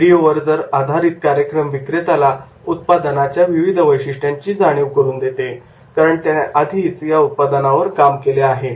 video वर आधारित कार्यक्रम विक्रेत्याला उत्पादनाच्या विविध वैशिष्ट्यांची जाणीव करून देते कारण त्याने आधीच त्या उत्पादनावर काम केले आहे